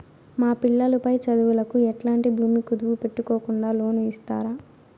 మా పిల్లలు పై చదువులకు ఎట్లాంటి భూమి కుదువు పెట్టుకోకుండా లోను ఇస్తారా